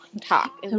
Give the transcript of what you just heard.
talk